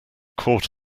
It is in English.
caught